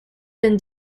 been